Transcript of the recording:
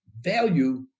value